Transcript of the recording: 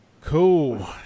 cool